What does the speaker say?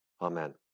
Amen